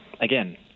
again